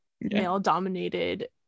male-dominated